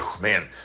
man